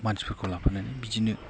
मानसिफोरखौ लाफानानै बिदिनो